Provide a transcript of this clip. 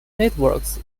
networks